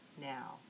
now